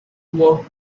work